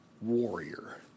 warrior